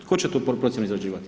Tko će tu procjenu izrađivati?